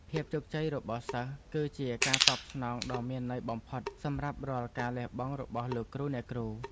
ភាពជោគជ័យរបស់សិស្សគឺជាការតបស្នងដ៏មានន័យបំផុតសម្រាប់រាល់ការលះបង់របស់លោកគ្រូអ្នកគ្រូ។